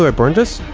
ah burn this?